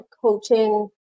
coaching